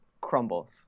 crumbles